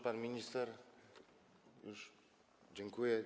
Pan minister już dziękuje.